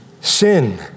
sin